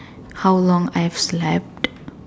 how long I have left